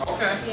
Okay